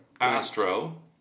Astro